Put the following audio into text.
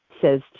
says